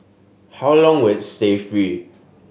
how long with stay free